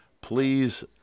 please